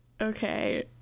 Okay